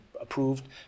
approved